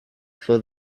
for